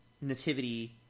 nativity